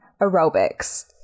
aerobics